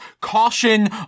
Caution